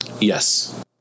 Yes